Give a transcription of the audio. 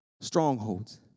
strongholds